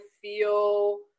feel